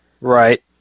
Right